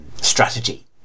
strategy